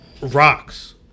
Rocks